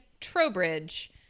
Trowbridge